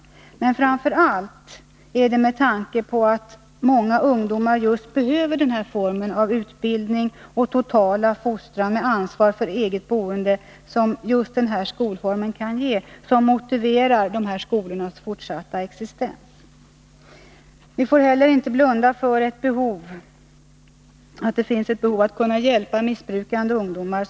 Men skolorna bör framför allt finnas kvar med tanke på att många ungdomar behöver just denna form av utbildning och fostran med ansvar för eget boende som den här skolformen kan ge. Vi får inte heller blunda för att det finns ett behov av att hjälpa missbrukande ungdomar.